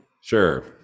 sure